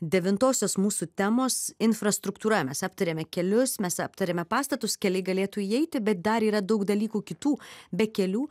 devintosios mūsų temos infrastruktūra mes aptarėme kelius mes aptarėme pastatus keliai galėtų įeiti bet dar yra daug dalykų kitų be kelių